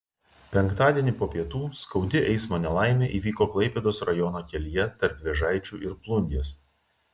penktadienį po pietų skaudi eismo nelaimė įvyko klaipėdos rajono kelyje tarp vėžaičių ir plungės